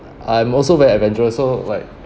I'm also very adventurous so like